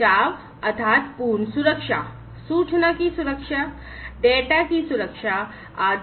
बचाव अर्थात पूर्ण सुरक्षा सूचना की सुरक्षा डेटा की सुरक्षा आदि